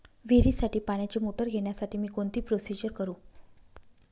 विहिरीसाठी पाण्याची मोटर घेण्यासाठी मी कोणती प्रोसिजर करु?